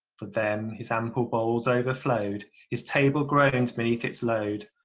for them his ample bowls overflowed. his table groaned beneath its load.